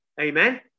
Amen